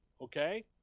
Okay